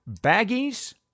Baggies